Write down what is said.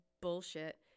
bullshit